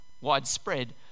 widespread